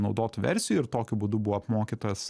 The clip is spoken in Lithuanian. naudotų versijų ir tokiu būdu buvo apmokytas